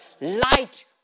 Light